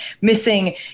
missing